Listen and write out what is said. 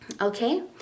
okay